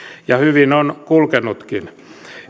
ja hyvin on kulkenutkin